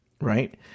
right